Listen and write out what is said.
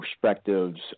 perspectives